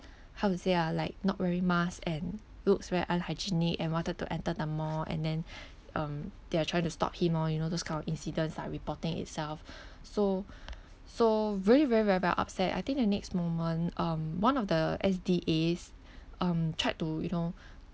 how to say ah like not wearing mask and looks very unhygienic and wanted to enter the mall and then um they're trying to stop him orh you know those kind of incidents like reporting itself so so really very very very upset I think the next moment um one of the S_D_As um tried to you know